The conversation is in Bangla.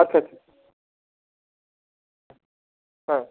আচ্ছা আচ্ছা হ্যাঁ